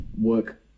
work